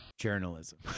journalism